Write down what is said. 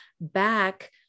back